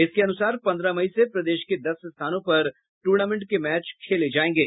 इसके अनुसार पन्द्रह मई से प्रदेश के दस स्थानों पर टूर्नामेंट के मैच खेले जायेंगे